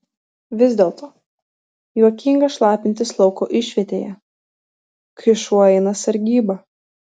vis dėlto juokinga šlapintis lauko išvietėje kai šuo eina sargybą